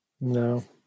No